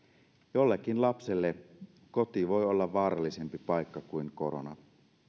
jollekin lapselle koti voi olla vaarallisempi paikka kuin korona